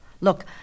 Look